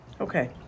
Okay